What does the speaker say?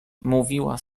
mówiła